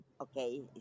okay